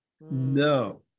No